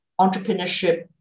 entrepreneurship